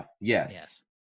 yes